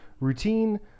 routine